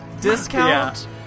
Discount